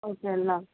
okay اللہ حافظ